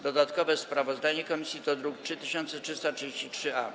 Dodatkowe sprawozdanie komisji to druk nr 3333-A.